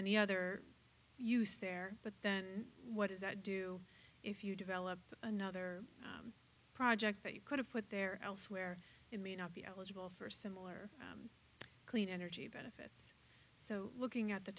any other use there but then what does that do if you develop another project that you could have put there elsewhere it may not be eligible for similar clean energy benefits so looking at the